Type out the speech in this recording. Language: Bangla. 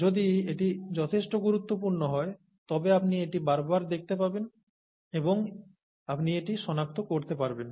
যদি এটি যথেষ্ট গুরুত্বপূর্ণ হয় তবে আপনি এটি বারবার দেখতে পাবেন এবং আপনি এটি শনাক্ত করতে পারবেন